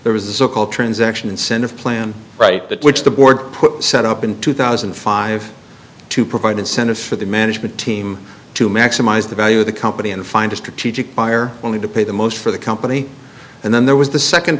there was the so called transaction incentive plan right that which the board put set up in two thousand and five to provide incentive for the management team to maximize the value of the company and find a strategic buyer only to pay the most for the company and then there was the second